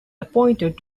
appointed